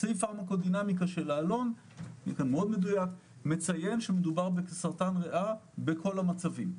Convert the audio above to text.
סעיף פארמה קודינמיקה של העלון מציין שמדובר בסרטן ריאה בכל המצבים.